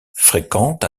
fréquentent